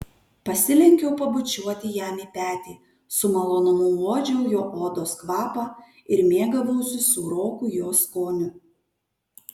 pasilenkiau pabučiuoti jam į petį su malonumu uodžiau jo odos kvapą ir mėgavausi sūroku jos skoniu